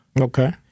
okay